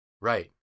right